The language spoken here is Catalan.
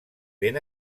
ben